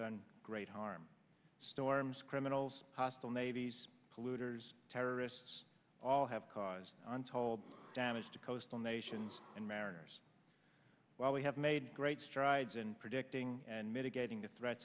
done great harm storms criminals hostile navies polluters terrorists all have caused untold damage to coastal nations and mariners while we have made great strides in predicting and mitigating the threats